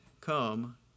come